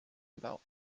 about